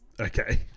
okay